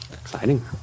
Exciting